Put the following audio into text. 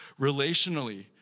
Relationally